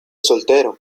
soltero